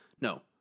no